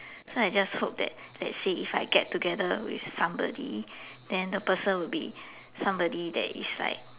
so I just hope that let's say if I get together with somebody then the person would be somebody that is like